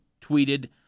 tweeted